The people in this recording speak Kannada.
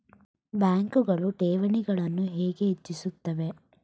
ಬ್ಯಾಂಕುಗಳು ಠೇವಣಿಗಳನ್ನು ಹೇಗೆ ಹೆಚ್ಚಿಸುತ್ತವೆ?